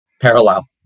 parallel